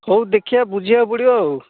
ହଉ ଦେଖିବା ବୁଝିବାକୁ ପଡ଼ିବ ଆଉ